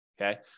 Okay